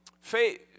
faith